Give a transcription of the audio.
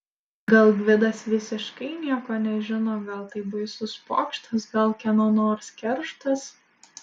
gal gvidas visiškai nieko nežino gal tai baisus pokštas gal kieno nors kerštas